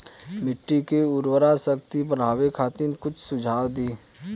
मिट्टी के उर्वरा शक्ति बढ़ावे खातिर कुछ सुझाव दी?